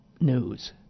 news